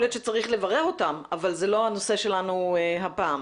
להיות שצריך לברר אותם אבל זה לא הנושא שלנו הפעם.